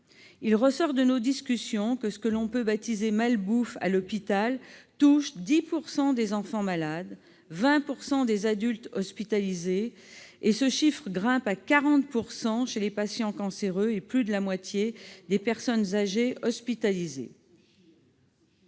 Il ressort de nos discussions que ce que l'on peut baptiser « malbouffe » à l'hôpital touche 10 % des enfants malades, 20 % des adultes hospitalisés, et ce chiffre grimpe à 40 % chez les patients cancéreux, et plus de 50 % chez les personnes âgées hospitalisées.